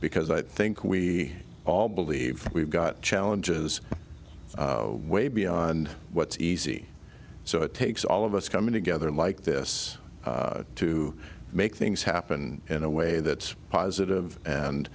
because i think we all believe we've got challenges way beyond what's easy so it takes all of us coming together like this to make things happen in a way that's positive and